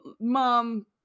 Mom